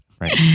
Right